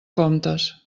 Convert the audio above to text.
comptes